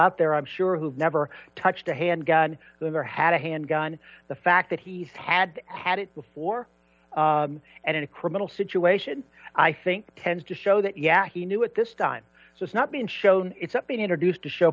out there i'm sure who've never touched a handgun or had a handgun the fact that he's had had it before and in a criminal situation i think tends to show that yeah he knew it this time so it's not being shown it's been introduced to show